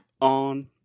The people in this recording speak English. on